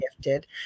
gifted